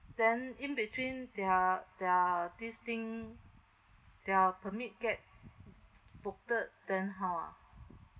then in between their their this thing their permit get voked then how ah